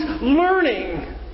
learning